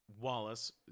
Wallace